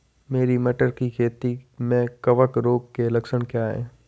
मेरी मटर की खेती में कवक रोग के लक्षण क्या हैं?